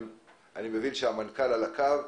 אני מבין שהמנכ"ל על הקו.